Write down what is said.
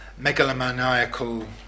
megalomaniacal